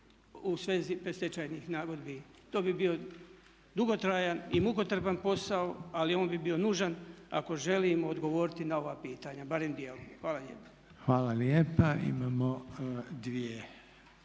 u svezi predstečajnih nagodbi. To bi bio dugotrajan i mukotrpan posao ali on bi bio nužan ako želimo odgovoriti na ova pitanja, barem dijelom. Hvala lijepa.